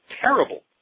terrible